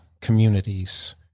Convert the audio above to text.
communities